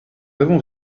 avons